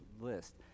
list